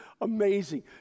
amazing